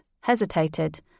hesitated